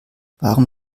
warum